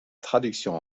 traduction